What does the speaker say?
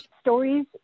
stories